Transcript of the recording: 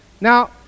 Now